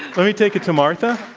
let me take it to martha.